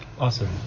Awesome